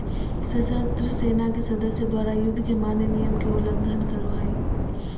सशस्त्र सेना के सदस्य द्वारा, युद्ध के मान्य नियम के उल्लंघन करो हइ